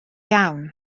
iawn